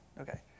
Okay